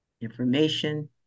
information